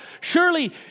surely